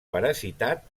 parasitat